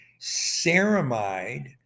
ceramide